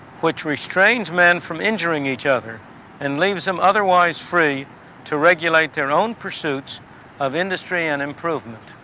which restrains men from injuring each other and leaves them otherwise free to regulate their own pursuits of industry and improvement.